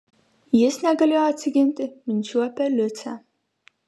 jis negalėjo atsiginti minčių apie liucę